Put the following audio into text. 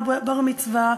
בר-מצווה,